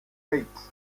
eight